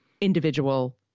individual